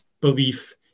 belief